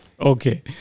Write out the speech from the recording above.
Okay